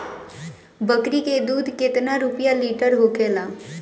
बकड़ी के दूध केतना रुपया लीटर होखेला?